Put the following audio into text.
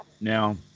Now